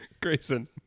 Grayson